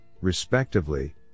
respectively